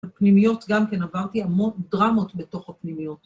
הפנימיות, גם כן עברתי המון דרמות בתוך הפנימיות.